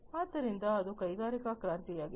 ಆದ್ದರಿಂದ ಅದು ಕೈಗಾರಿಕಾ ಕ್ರಾಂತಿಯಾಗಿದೆ